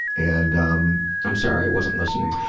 and um i'm sorry i wasn't listening.